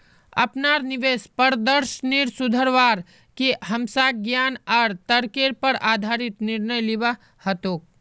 अपनार निवेश प्रदर्शनेर सुधरवार के हमसाक ज्ञान आर तर्केर पर आधारित निर्णय लिबा हतोक